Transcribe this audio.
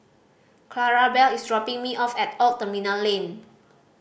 Clarabelle is dropping me off at Old Terminal Lane